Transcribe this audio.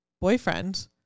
boyfriend